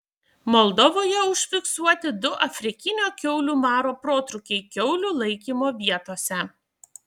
moldovoje užfiksuoti du afrikinio kiaulių maro protrūkiai kiaulių laikymo vietose